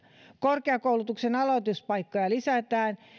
korkeakoulutuksen aloituspaikkoja lisätään